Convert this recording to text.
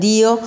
Dio